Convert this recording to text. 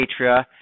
atria